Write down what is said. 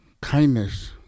kindness